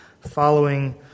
following